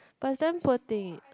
but them poor things